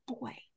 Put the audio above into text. boy